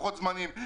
לוחות זמנים,